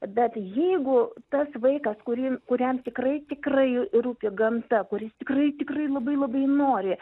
bet jeigu tas vaikas kurį kuriam tikrai tikrai rūpi gamta kuris tikrai tikrai labai labai nori